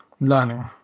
Learning